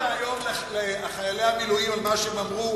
אמרת היום לחיילי המילואים על מה שהם אמרו: